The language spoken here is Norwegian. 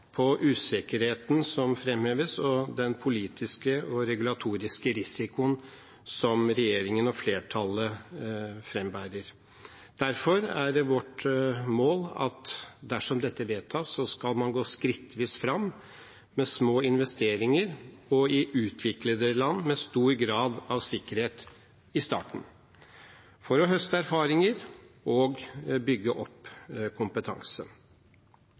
på usikkerheten som framheves, og den politiske og regulatoriske risikoen som regjeringen og flertallet frambærer. Derfor er det vårt mål at dersom dette vedtas, skal man gå skrittvis fram, med små investeringer og i utviklede land, med stor grad av sikkerhet i starten, for å høste erfaringer og bygge opp kompetanse.